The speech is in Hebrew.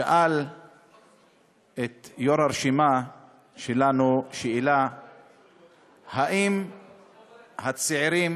שאל את יושב-ראש הרשימה שלנו: האם הצעירים